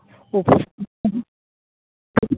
উপোস করতে হয়